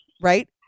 right